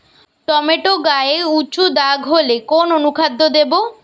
Tomato গায়ে উচু দাগ হলে কোন অনুখাদ্য দেবো?